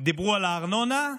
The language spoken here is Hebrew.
דיברו על הארנונה.